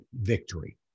victory